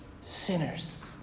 sinners